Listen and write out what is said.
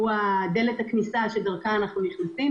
הוא דלת הכניסה שדרכה אנחנו נכנסים.